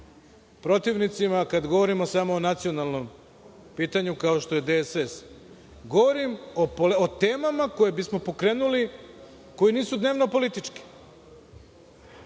protivnicima kada govorimo samo o nacionalnom pitanju, kao što je DSS, govorim o temama koje bismo pokrenuli koje nisu dnevno političke. Inače,